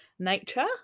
Nature